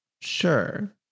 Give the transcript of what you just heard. Sure